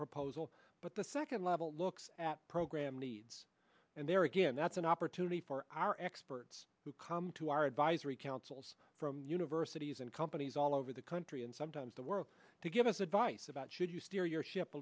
proposal but the second level looks at program needs and there again that's an opportunity for our experts to come to our advisory councils from universities and companies all over the country and sometimes the world to give us advice about should you steer your ship a